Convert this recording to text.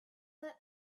let